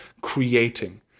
creating